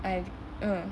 I have to uh